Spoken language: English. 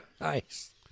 Nice